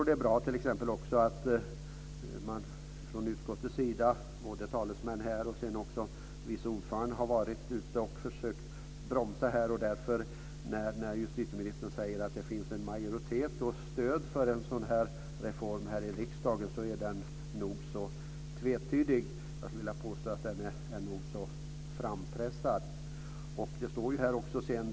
Det är bra t.ex. att man från utskottets sida - både från talesmän här och vice ordförandens sida - har försökt att bromsa. Justitieministern säger att det finns en majoritet för en reform i riksdagen, men den är nog så tvetydig. Jag vill påstå att den är nog så frampressad.